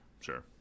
sure